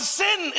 sin